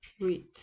read